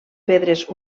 pedres